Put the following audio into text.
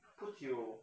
不久